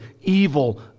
evil